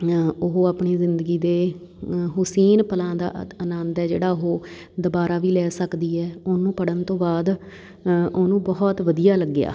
ਉਹ ਆਪਣੀ ਜ਼ਿੰਦਗੀ ਦੇ ਹੁਸੀਨ ਪਲਾਂ ਦਾ ਅ ਆਨੰਦ ਹੈ ਜਿਹੜਾ ਉਹ ਦੁਬਾਰਾ ਵੀ ਲੈ ਸਕਦੀ ਹੈ ਉਹਨੂੰ ਪੜ੍ਹਨ ਤੋਂ ਬਾਅਦ ਉਹਨੂੰ ਬਹੁਤ ਵਧੀਆ ਲੱਗਿਆ